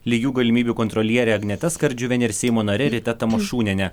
lygių galimybių kontroliere agneta skardžiuviene ir seimo nariai rita tamašūniene